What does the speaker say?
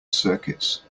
circuits